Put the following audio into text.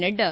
Nadda